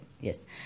Yes